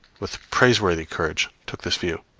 with praiseworthy courage, took this view,